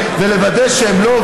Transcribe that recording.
אני שמח לגלות שוב שאני המוציא